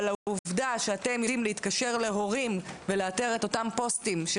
אבל העובדה שאתם יודעים להתקשר להורים ולאתר את אותם פוסטים של